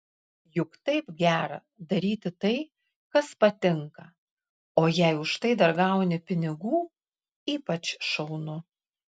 juk taip gera daryti tai kas patinka o jei už tai dar gauni pinigų ypač šaunu